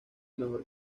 mejor